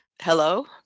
hello